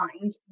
mind